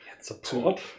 Support